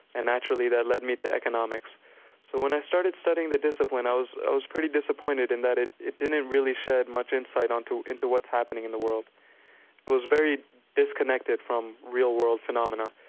and naturally that led me to economics. so when i started studying the discipline, i was i was pretty disappointed in that it it didn't really shed much insight into into what's happening in the world. it was very disconnected from real-world phenomena.